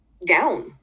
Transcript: Down